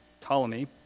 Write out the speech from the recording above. Ptolemy